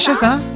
sir,